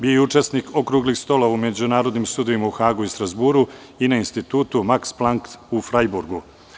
Bio je učesnik okruglih stolova u međunarodnim sudovima u Hagu i Strazburu i na Institutu „Maks Plankt“ u Frajburgu.